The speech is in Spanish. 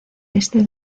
este